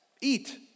eat